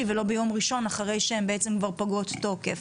ולא ביום ראשון אחרי שהם בעצם כבר פגות תוקף